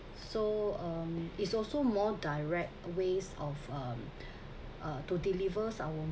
so um it's also more direct ways of um uh to deliver some